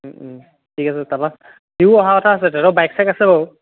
ও ও ঠিক আছে সিও অহা কথা আছে তেহেঁতৰ বাইক চাইক আছে বাৰু